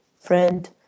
friend